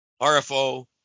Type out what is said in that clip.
RFO